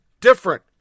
different